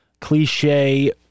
cliche